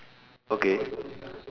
okay